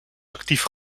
actief